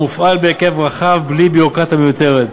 המופעל בהיקף רחב ובלי ביורוקרטיה מיותרת.